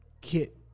kit